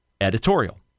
editorial